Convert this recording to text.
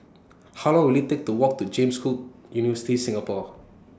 How Long Will IT Take to Walk to James Cook University Singapore